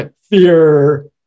fear